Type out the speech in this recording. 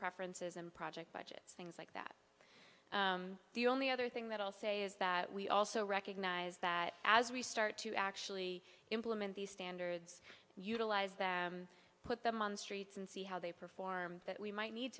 preferences and project budgets things like that the only other thing that i'll say is that we also recognize that as we start to actually implement these standards utilise that put them on the streets and see how they perform that we might need